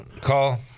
call